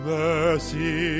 mercy